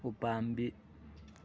ꯎꯄꯥꯝꯕꯤ